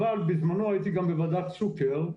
אבל בזמנו הייתי גם בוועדת צוקר,